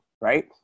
right